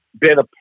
better